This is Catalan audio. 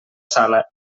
sala